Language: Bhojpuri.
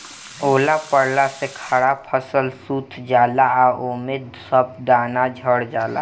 ओला पड़ला से खड़ा फसल सूत जाला आ ओमे के सब दाना झड़ जाला